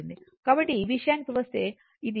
కాబట్టి ఈ విషయానికి వస్తే ఇది G j ω C L ω ఇది BC BL